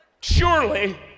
Surely